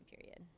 period